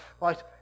right